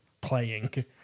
playing